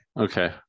Okay